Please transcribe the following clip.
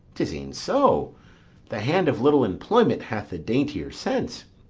tis e'en so the hand of little employment hath the daintier sense.